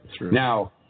Now